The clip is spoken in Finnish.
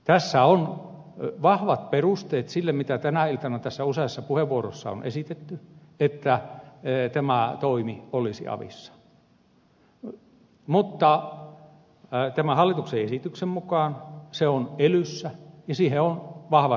tässä on vahvat perusteet sille mitä tänä iltana tässä useassa puheenvuorossa on esitetty että tämä toimi olisi avissa mutta tämän hallituksen esityksen mukaan se on elyssä ja siihen on vahvat perusteet